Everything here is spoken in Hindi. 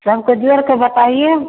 सबका जोड़ के बताइए